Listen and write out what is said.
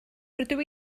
rydw